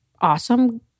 awesome